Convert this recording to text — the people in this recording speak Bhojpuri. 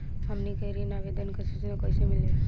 हमनी के ऋण आवेदन के सूचना कैसे मिली?